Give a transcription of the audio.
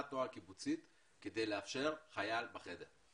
התנועה הקיבוצית כדי לאפשר חייל בחדר?